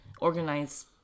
organize